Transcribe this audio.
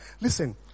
Listen